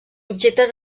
objectes